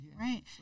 right